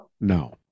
No